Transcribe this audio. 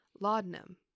laudanum